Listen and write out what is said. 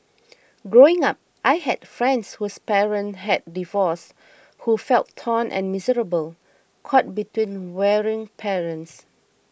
growing up I had friends whose parents had divorced who felt torn and miserable caught between warring parents